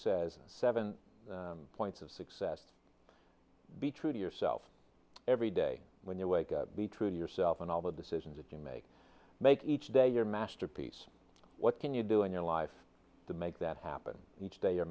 says seven points of success to be true to yourself every day when you wake up be true to yourself and all the decisions that you make make each day your masterpiece what can you do in your life to make that happen each day